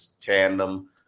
tandem